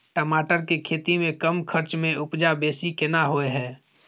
टमाटर के खेती में कम खर्च में उपजा बेसी केना होय है?